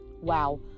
Wow